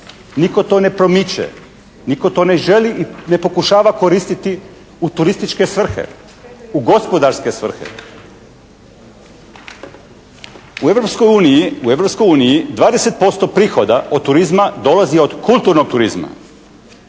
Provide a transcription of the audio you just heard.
Nitko to ne promiče. Nitko to ne želi i ne pokušava koristiti u turističke svrhe, u gospodarske svrhe. U Europskoj uniji 20% prihoda od turizma dolazi od kulturnog turizma.